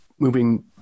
moving